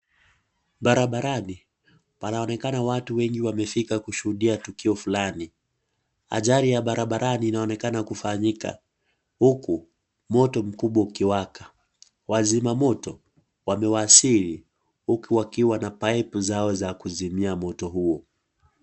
Barabarani panaonekana watu wengi wamefika kushuhudia tukio fulani .Ajali ya barabarani inaonekana kufanyika huku moto mkubwa ukiwaka wazima moto wamewasili huku wakiwa na paipu zao za kuzima moto .